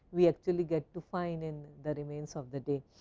we actually get to find in the remains of the day.